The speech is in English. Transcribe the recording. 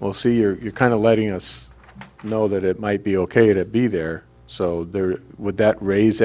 we'll see your kind of letting us know that it might be ok to be there so there would that raise